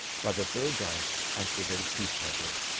but the third giant acted as peace-maker,